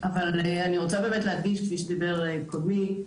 אבל אני רוצה להדגיש כפי שדיבר קודמי,